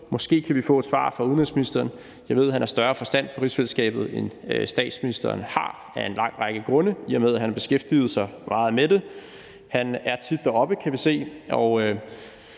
Måske kan vi få et svar fra udenrigsministeren. Jeg ved, at han har større forstand på rigsfællesskabet, end statsministeren har, af en lang række grunde, i og med at han har beskæftiget sig meget med det. Han er tit deroppe, kan vi se,